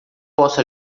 posso